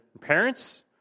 parents